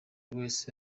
wese